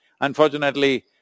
Unfortunately